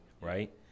right